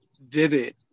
vivid